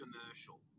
commercial